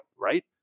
right